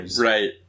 Right